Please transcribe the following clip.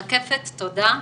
רקפת, תודה.